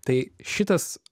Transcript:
tai šitas